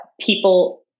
people